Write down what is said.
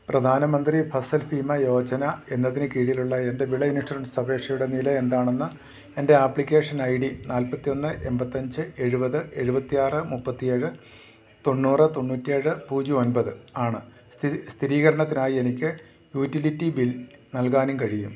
പ്രധാനമന്ത്രി ഫസൽ ഭീമ യോജന എന്നതിന് കീഴിലുള്ള എൻ്റെ വിള ഇൻഷുറൻസ് അപേക്ഷയുടെ നില എന്താണെന്ന് എൻ്റെ ആപ്ലിക്കേഷൻ ഐ ഡി നാല്പത്തിയൊന്ന് എണ്പത്തിയഞ്ച് എഴുപത് എഴുപത്തിയാറ് മുപ്പത്തിയേഴ് തൊണ്ണൂറ് തൊണ്ണൂറ്റിയേഴ് പൂജ്യം ഒമ്പത് ആണ് സ്ഥിരീകരണത്തിനായി എനിക്ക് യൂറ്റിലിറ്റി ബിൽ നൽകാനും കഴിയും